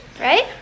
right